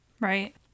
Right